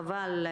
חבל,